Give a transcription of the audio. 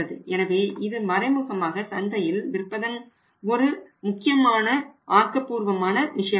எனவே இது மறைமுகமாக சந்தையில் விற்பதன் ஒரு முக்கியமான ஆக்கப்பூர்வமான விஷயமாகும்